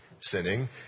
sinning